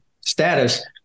status